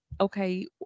okay